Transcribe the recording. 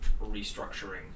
restructuring